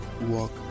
walk